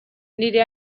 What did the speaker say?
nire